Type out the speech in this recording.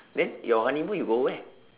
then your honeymoon you go where